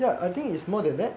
I think it's more than that